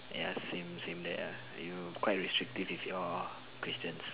ya same same same date ah you quite restrictive with your questions